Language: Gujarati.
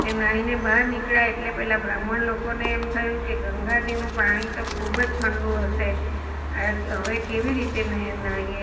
તે નાહીને બહાર નીકળ્યા એટલે પેલા બ્રાહ્મણ લોકોને એમ થયું કે ગંગાજીનું પાણી તો ખૂબ જ ઠંડું હશે હવે કેવી રીતે નાહીએ